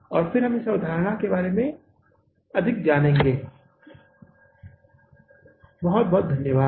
और फिर हम इस अवधारणा के बारे में अधिक जानेंगे बहुत बहुत धन्यवाद